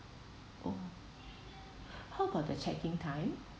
oh how about the check in time